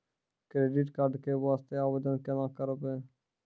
Credit card के वास्ते आवेदन केना करबै?